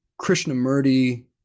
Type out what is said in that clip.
Krishnamurti